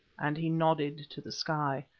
and he nodded to the sky,